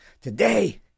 today